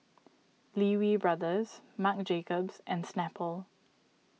Lee Wee Brothers Marc Jacobs and Snapple